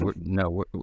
no